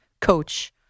coach